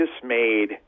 dismayed